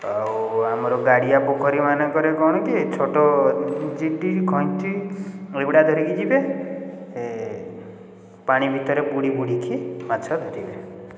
ଆଉ ଆମର ଗାଡ଼ିଆ ପୋଖରୀମାନଙ୍କରେ କ'ଣ କି ଏଇ ଛୋଟ ଜିଡ଼ିଜ ଖଇଞ୍ଚି ଏଇଗୁଡ଼ା ଧରିକି ଯିବେ ପାଣି ଭିତରେ ବୁଡ଼ି ବୁଡ଼ିକି ମାଛ ଧରିବେ